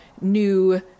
new